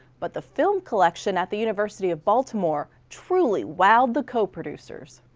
but the film collection at the university of baltimore truly wowed the co-producers.